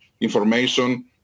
information